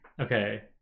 Okay